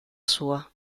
sua